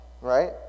right